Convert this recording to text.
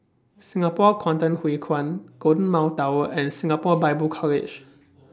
Singapore Kwangtung Hui Kuan Golden Mile Tower and Singapore Bible College